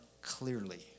clearly